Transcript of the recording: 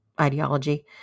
ideology